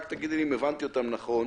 רק תגידי לי אם הבנתי אותם נכון,